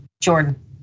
Jordan